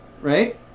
Right